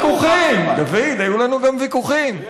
מאוחר, דוד, היו לנו גם ויכוחים, כן.